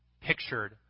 pictured